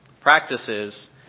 practices